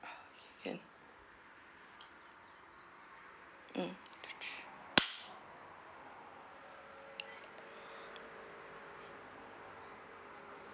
can mm